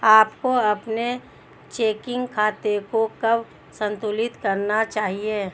आपको अपने चेकिंग खाते को कब संतुलित करना चाहिए?